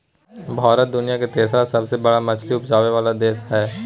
भारत दुनिया के तेसरका सबसे बड़ मछली उपजाबै वाला देश हय